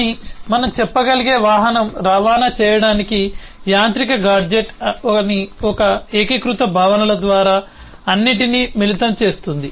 కానీ మనం చెప్పగలిగే వాహనం రవాణా చేయడానికి యాంత్రిక గాడ్జెట్ అని ఒక ఏకీకృత భావనల ద్వారా అన్నింటినీ మిళితం చేస్తుంది